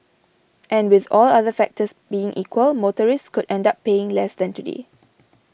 and with all other factors being equal motorists could end up paying less than today